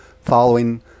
following